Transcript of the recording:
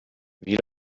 wie